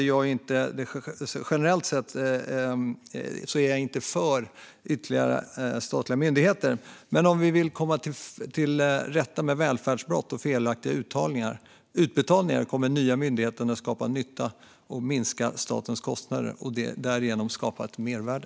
Jag är generellt inte för ytterligare statliga myndigheter, men om vi vill komma till rätta med välfärdsbrott och felaktiga utbetalningar kommer den nya myndigheten att skapa nytta och minska statens kostnader och därigenom skapa ett mervärde.